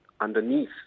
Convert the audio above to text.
underneath